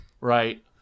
right